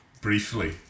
briefly